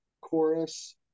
chorus